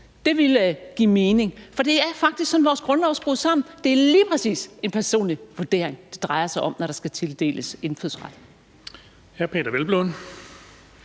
Det ville give mening, for det er faktisk sådan, at vores grundlov er skruet sammen. Det er lige præcis en personlig vurdering, det drejer sig om, når der skal tildeles indfødsret.